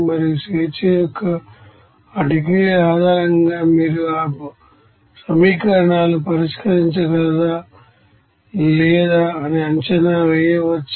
మరియు process degrees of ఫ్రీడమ్లను ల ఆధారంగా మీరు ఆ సమీకరణాలను పరిష్కరించగలరా లేదా అని అంచనా వేయవచ్చు